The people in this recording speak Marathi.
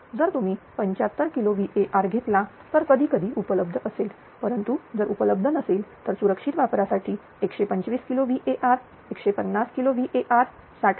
जर तुम्ही 75 किलो VAr घेतला तर कधीकधी उपलब्ध असेल परंतु जर उपलब्ध नसेल तर सुरक्षित वापरासाठी 125 किलो VAr 150 किलो VAr साठा